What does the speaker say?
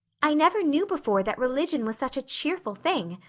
i never knew before that religion was such a cheerful thing.